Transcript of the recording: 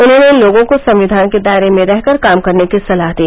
उन्होंने लोगों को संविधान के दायरे में रहकर काम करने की सलाह दी